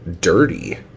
dirty